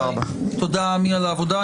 העבודה.